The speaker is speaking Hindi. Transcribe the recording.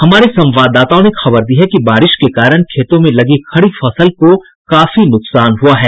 हमारे संवाददाताओं ने खबर दी है कि बारिश के कारण खेतों में लगी खड़ी फसल को काफी नुकसान हुआ है